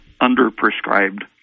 under-prescribed